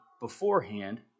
beforehand